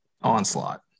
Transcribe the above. onslaught